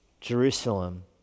Jerusalem